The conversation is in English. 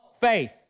faith